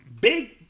big